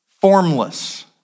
formless